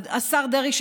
השר דרעי,